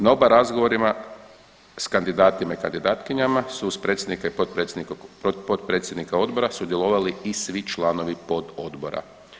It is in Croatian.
Na oba razgovora sa kandidatima i kandidatkinjama su uz predsjednika i potpredsjednika odbora sudjelovali i svi članovi pododbora.